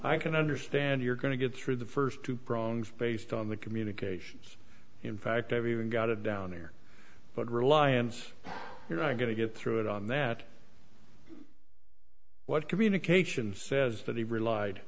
i can understand you're going to get through the first two prongs based on the communications in fact i've even got it down there but reliance you're not going to get through it on that what communication says that he relied